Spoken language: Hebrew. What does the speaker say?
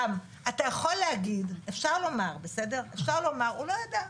רם, אתה יכול להגיד, אפשר לומר שהוא לא ידע.